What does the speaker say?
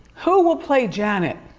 who will play janet?